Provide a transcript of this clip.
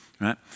right